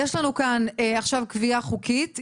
יש לנו כאן עכשיו קביעה חוקית,